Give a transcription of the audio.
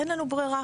אין לנו ברירה,